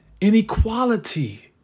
inequality